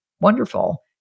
wonderful